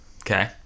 Okay